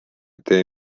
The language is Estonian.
tee